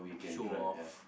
show off